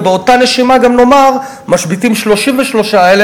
ובאותה נשימה גם נאמר שמשביתים 33,000,